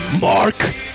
Mark